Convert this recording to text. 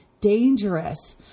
dangerous